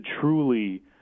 truly